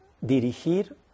dirigir